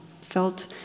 felt